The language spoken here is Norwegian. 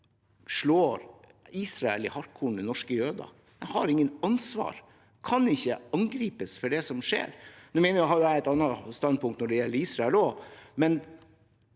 slår Israel i hartkorn med norske jøder. De har ikke noe ansvar, de kan ikke angripes for det som skjer. Nå har jo jeg et annet standpunkt når det gjelder Israel, men